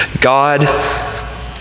God